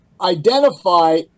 identify